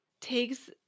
takes